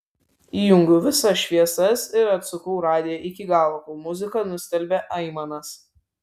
įjungiau visas šviesas ir atsukau radiją iki galo kol muzika nustelbė aimanas